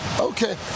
Okay